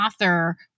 author